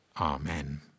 Amen